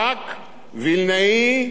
נוקד ושמחון,